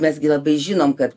mes gi labai žinom kad